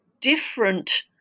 different